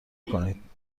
کنید